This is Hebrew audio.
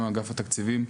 גם אגף התקציבים,